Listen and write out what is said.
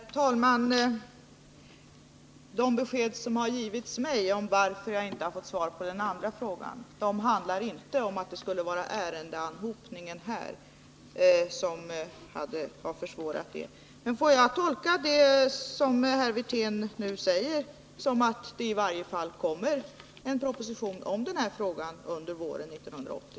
Herr talman! De besked som har givits mig om varför jag inte har fått svar på den andra frågan har inte gjort gällande att det skulle vara ärendeanhopningen här i riksdagen som var orsaken. Men jag tolkar det som herr Wirtén nu sade som att det i varje fall kommer en proposition om denna fråga under våren 1980.